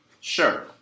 Sure